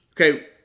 Okay